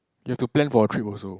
you have to plan for a trip also